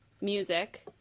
music